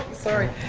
sorry.